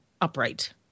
upright